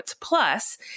Plus